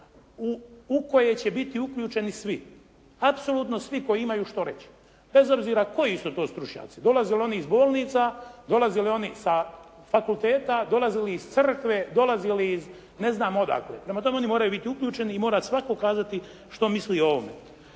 u koje će biti uključeni svi, apsolutno svi koji imaju što reći bez obzira koji su to stručnjaci dolazili oni iz bolnica, dolazili oni sa fakulteta, dolazili iz crkve, dolaze li iz ne znam odakle. Prema tome, oni moraju biti uključeni i mora svatko kazati što misli o ovome.